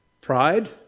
pride